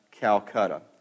Calcutta